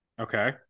Okay